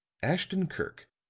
ashton-kirk,